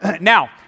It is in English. Now